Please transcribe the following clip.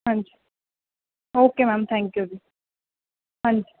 ਹਾਂਜੀ okay ma'am thank you ਜੀ ਹਾਂਜੀ